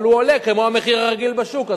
אבל הוא עולה כמו המחיר הרגיל בשוק.